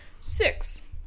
six